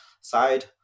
side